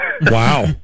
Wow